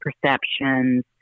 perceptions